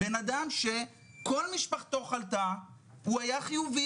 בן אדם שכל משפחתו חלתה והוא היה חיובי